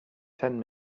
ten